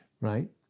right